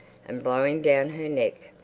and blowing down her neck.